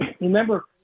remember